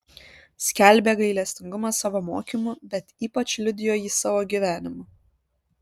skelbė gailestingumą savo mokymu bet ypač liudijo jį savo gyvenimu